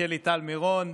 שלי טל מירון.